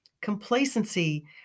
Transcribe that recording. Complacency